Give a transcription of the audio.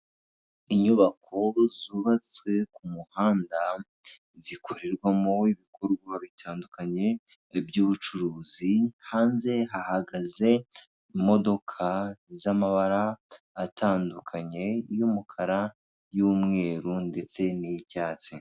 Inyubako zubatswe ku muhanda zikorerwamo ibikorwa bitandukanye by'ubucuruzi, hanze hahagaze imodoka zamabara atandukanye y'umukara n'umweru ndetse n'icyatsi.